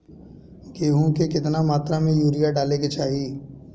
गेहूँ में केतना मात्रा में यूरिया डाले के चाही?